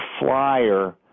flyer